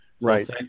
right